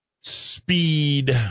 speed